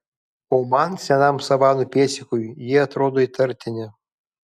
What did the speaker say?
o man senam savanų pėdsekiui jie atrodo įtartini